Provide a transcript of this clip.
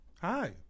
Hi